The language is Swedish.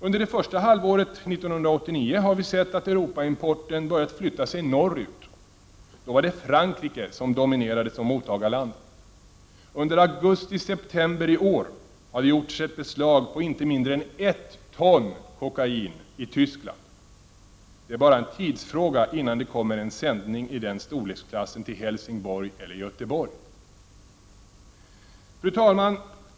Under det första halvåret 1989 har vi sett att Europaimporten börjat flytta sig norrut. Då var det Frankrike som dominerade som mottagarland. Och under augusti—-september i år har det gjorts ett beslag på inte mindre än ett ton kokain i Tyskland. Det är bara en tidsfråga innan det kommer en sändning i den storleksklassen till Helsingborg eller Göteborg. Fru talman!